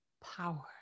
power